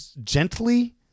gently